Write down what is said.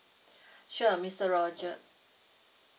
sure mister roger